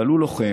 אבל הוא לוחם,